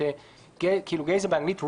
גזע באנגלית,